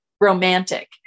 romantic